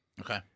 Okay